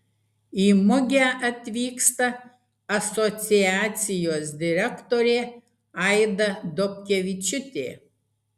į mugę atvyksta asociacijos direktorė aida dobkevičiūtė